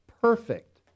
perfect